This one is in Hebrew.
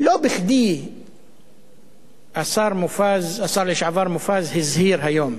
לא בכדי השר לשעבר מופז הזהיר היום,